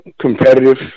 competitive